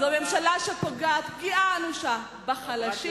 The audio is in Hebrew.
זו ממשלה שפוגעת פגיעה אנושה בחלשים